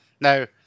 Now